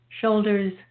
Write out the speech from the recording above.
shoulders